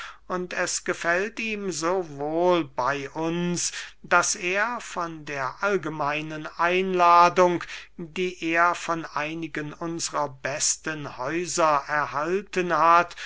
es gefällt ihm so wohl bey uns daß er von der allgemeinen einladung die er von einigen unsrer besten häuser erhalten hat